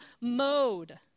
mode